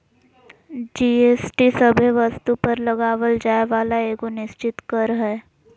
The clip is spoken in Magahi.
जी.एस.टी सभे वस्तु पर लगावल जाय वाला एगो निश्चित कर हय